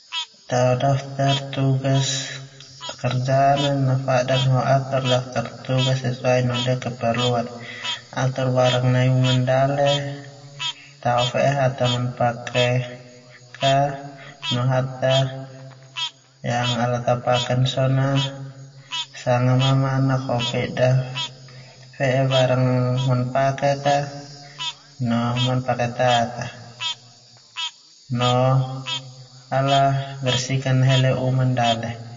Tao daftar tugas, nafadan ho tao daftar tugas sesuai no ndia keperluan. Atur barang nai uman dale, tao fe'e hata mana pakek a no hata yang ala ta paken, basa so na sanga mamanak ho pedan hata manpakek no manpake tak sila no bersihkan nahele uma ndale.